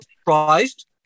surprised